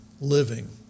living